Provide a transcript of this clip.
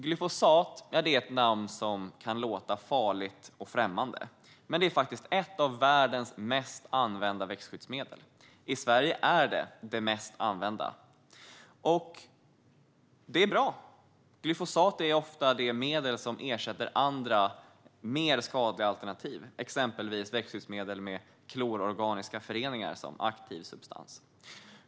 Glyfosat är ett namn som kan låta farligt och främmande, men det är faktiskt namnet på ett av världens mest använda växtskyddsmedel. I Sverige är det det mest använda växtskyddsmedlet. Det är bra. Glyfosat är ofta det medel som ersätter andra, mer skadliga alternativ, exempelvis växtskyddsmedel med klororganiska föreningar som aktiv substans.